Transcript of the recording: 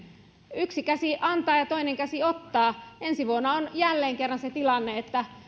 yksi käsi antaa ja toinen käsi ottaa ensi vuonna on jälleen kerran se tilanne että